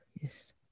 Yes